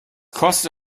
kostet